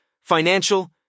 financial